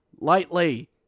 lightly